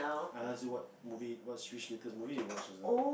I asked you what movie what which latest movie you watch as well